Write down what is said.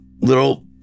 little